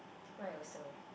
right also eh